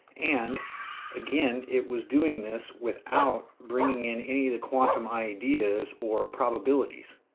and again, it was doing this without bringing in any of the quantum ideas or probabilities.